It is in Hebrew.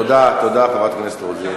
תודה, חברת הכנסת רוזין.